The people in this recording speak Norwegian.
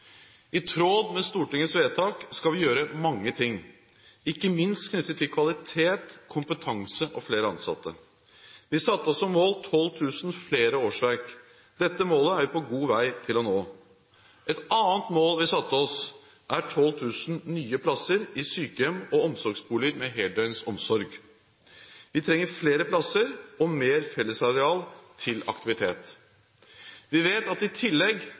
i 2007. I tråd med Stortingets vedtak skal vi gjøre mange ting, ikke minst knyttet til kvalitet, kompetanse og flere ansatte. Vi satte oss som mål 12 000 flere årsverk. Dette målet er vi på god vei til å nå. Et annet mål vi satte oss, er 12 000 nye plasser i sykehjem og omsorgsboliger med heldøgns omsorg. Vi trenger flere plasser og mer fellesareal til aktivitet. Vi vet i tillegg